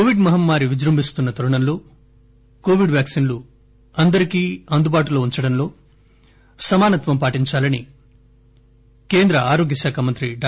Covid మహమ్మారి విజృభిస్తున్న తరుణంలో కోవిడ్ వ్యాక్సిన్ లు అందరికీ అందుబాటులో ఉంచడంలో సమానత్వం పాటించాలని కేంద్ర ఆరోగ్యశాఖ మంత్రి డా